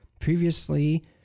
Previously